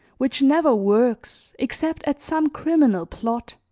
which never works except at some criminal plot,